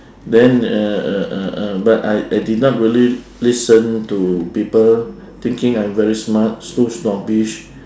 then uh uh uh uh but I I did not really listen to people thinking I very smart so snobbish